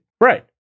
Right